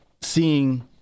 seeing